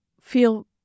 feel